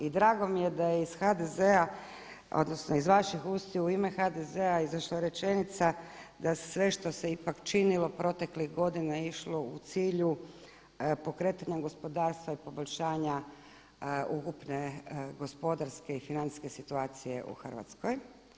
I drago mi je da je iz HDZ-a odnosno iz vaših ustiju u ime HDZ-a izašla rečenica da sve što se ipak činilo proteklih godina je išlo u cilju pokretanja gospodarstva i poboljšanja ukupne gospodarske i financijske situacije u Hrvatskoj.